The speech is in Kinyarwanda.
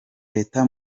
leta